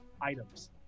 items